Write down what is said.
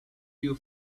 you